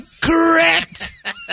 Correct